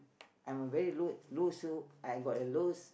I'm a very low low soul I got a low